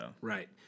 Right